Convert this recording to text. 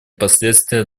последствия